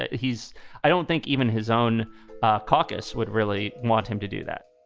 ah he's i don't think even his own ah caucus would really want him to do that